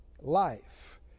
life